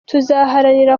tuzaharanira